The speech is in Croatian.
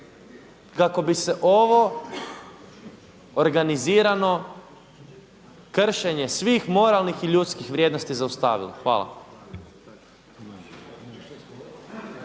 kako bi se ovo organizirano kršenje svih moralnih i ljudskih vrijednosti zaustavilo. Hvala.